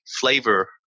flavor